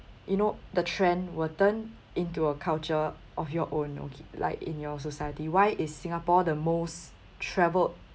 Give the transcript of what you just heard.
you know the trend will turn into a culture of your own okay like in your society why is singapore the most travelled